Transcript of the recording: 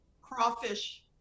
crawfish